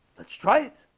let's try it